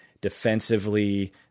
defensively